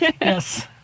Yes